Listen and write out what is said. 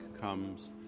comes